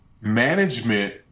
management